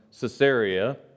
Caesarea